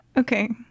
Okay